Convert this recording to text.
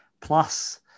plus